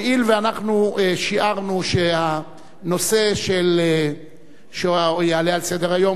הואיל ואנחנו שיערנו שהנושא שיעלה על סדר-היום